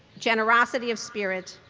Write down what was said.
generosity of spirit.